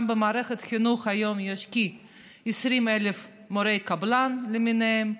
גם במערכת החינוך היום יש כ-20,000 מורי קבלן למיניהם,